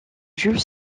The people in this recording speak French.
jules